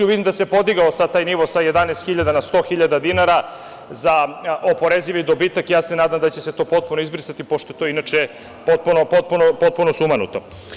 Vidim da se podigao sad taj nivo sa 11.000 na 100.000 dinara za oporezivi dobitak, nadam se da će se to potpuno izbrisati pošto je to potpuno sumanuto.